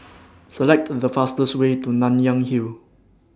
Select The fastest Way to Nanyang Hill